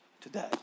today